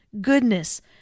goodness